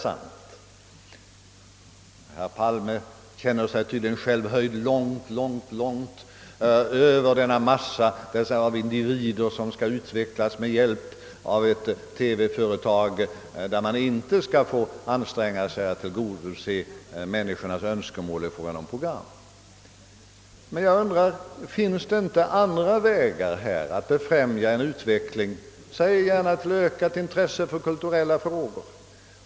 Herr Palme känner sig tydligen själv höjd långt över denna massa av individer som skall utvecklas med hjälp av ett TV-företag, där man inte skall få anstränga sig att alltför mycket tillgodose människornas önskemål i fråga om program. Men jag undrar om det inte finns andra vägar att befrämja en utveckling till ökat intresse för kulturella frågor?